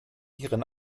ihren